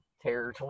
Terror